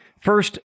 First